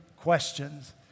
questions